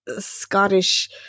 Scottish